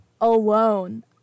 Alone